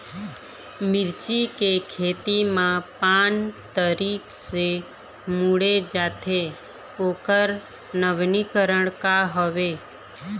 मिर्ची के खेती मा पान तरी से मुड़े जाथे ओकर नवीनीकरण का हवे?